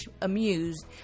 amused